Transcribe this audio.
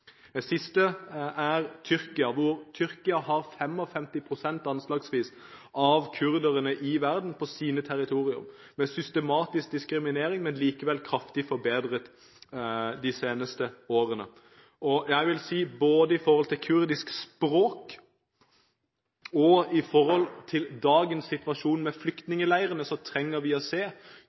siste er Tyrkia. Tyrkia har anslagsvis 55 pst. av kurderne i verden på sine territorier. Det er systematisk diskriminering, men likevel er situasjonen kraftig forbedret de seneste årene. Både når det gjelder kurdisk språk og når det gjelder dagens situasjon, med flyktningleirene, trenger vi å se